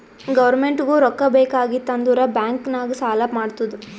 ಗೌರ್ಮೆಂಟ್ಗೂ ರೊಕ್ಕಾ ಬೇಕ್ ಆಗಿತ್ತ್ ಅಂದುರ್ ಬ್ಯಾಂಕ್ ನಾಗ್ ಸಾಲಾ ಮಾಡ್ತುದ್